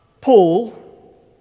Paul